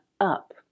up